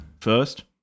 first